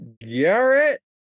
Garrett